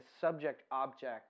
subject-object